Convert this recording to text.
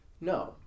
No